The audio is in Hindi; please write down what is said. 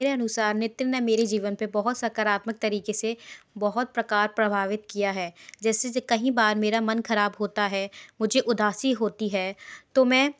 के अनुसार नितिन ने मेरे जीवन पर बहुत सकारात्मक तरीके से बहुत प्रकार प्रभावित किया है जैसे कहीं बार मेरा मन खराब होता है मुझे उदासी होती है तो मैं